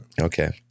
Okay